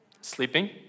sleeping